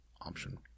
option